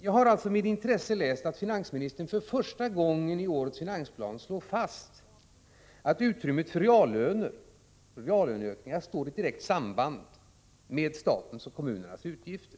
Jag har med intresse läst att finansministern i årets finansplan för första gången slår fast att utrymmet för reallöneökningar har ett direkt samband med statens och kommunernas utgifter.